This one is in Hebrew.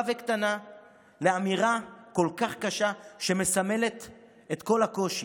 וקטנה לאמירה כל כך קשה שמסמלת את כל הקושי.